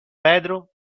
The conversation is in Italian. pedro